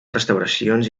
restauracions